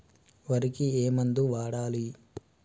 వరికి ఏ మందు వాడాలి?